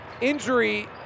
injury